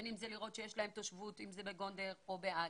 בין אם זה לראות שיש להם תושבות בגונדר או באדיס,